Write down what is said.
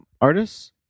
Artists